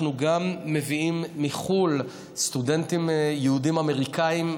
אנחנו גם מביאים מחו"ל סטודנטים יהודים אמריקנים,